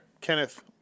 Kenneth